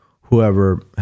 whoever